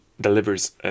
delivers